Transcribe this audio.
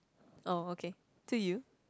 oh okay to you